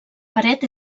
paret